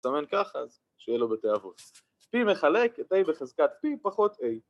סמן ככה אז, שיהיה לו בתיאבון פי מחלק את A בחזקת פי פחות A